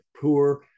poor